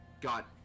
got